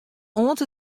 oant